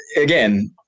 again